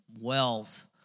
wealth